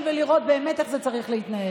להתחיל ולראות קצת איך באמת זה צריך להתנהל.